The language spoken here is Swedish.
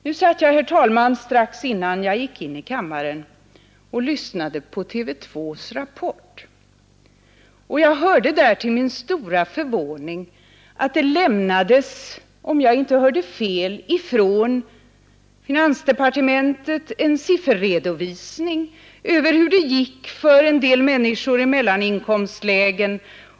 Nu satt jag, herr talman, strax innan jag gick in i kammaren och lyssnade till programmet Rapport i TV 2. Om jag inte hörde fel sades det där, till min stora förvåning, att man hade siffror från finansen över hur det gick för en del människor i mellaninkomstlägen.